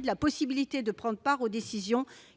de la possibilité de prendre part aux décisions